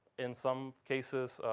in some cases,